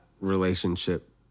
relationship